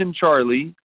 Charlie